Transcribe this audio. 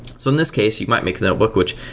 so in this case, you might make that book, which,